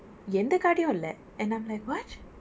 எந்த காடியும் இல்லே:entha kaadiyum ille and I'm like what